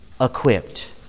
equipped